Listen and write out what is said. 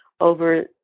over